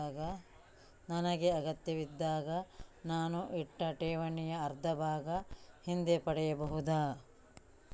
ನನಗೆ ಅಗತ್ಯವಿದ್ದಾಗ ನಾನು ಇಟ್ಟ ಠೇವಣಿಯ ಅರ್ಧಭಾಗ ಹಿಂದೆ ಪಡೆಯಬಹುದಾ?